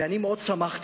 ואני מאוד שמחתי